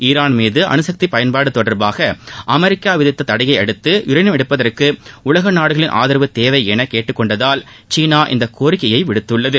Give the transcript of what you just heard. Iran மீது அனுசக்தி பயன்பாடு தொடர்பாக அமெரிக்கா விதித்த தடையை அடுத்து யுரேனியம் எடுப்பதற்கு உலக நாடுகளின் ஆதரவு தேவை என கேட்டுக் கொண்டதையடுத்து சீனா இந்த கோரிக்கையை விடுத்துள்ளது